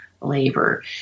labor